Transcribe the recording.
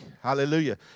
Hallelujah